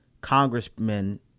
congressmen